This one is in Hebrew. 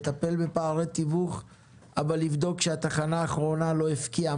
לטפל בפערי תיווך אבל לבדוק שהתחנה האחרונה לא הפקיעה